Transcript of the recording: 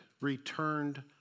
returned